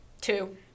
Two